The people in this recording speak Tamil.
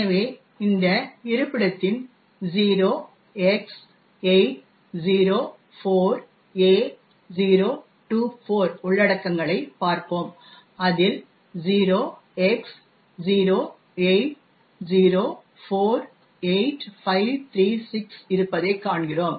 எனவே இந்த இருப்பிடத்தின் 0x804A024 உள்ளடக்கங்களை பார்ப்போம் அதில் 0x08048536 இருப்பதைக் காண்கிறோம்